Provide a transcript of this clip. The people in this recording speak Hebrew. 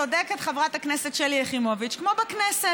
צודקת חברת הכנסת שלי יחימוביץ: כמו בכנסת.